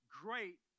great